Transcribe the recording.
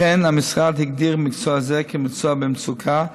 לכן, המשרד הגדיר מקצוע זה כמקצוע במצוקה,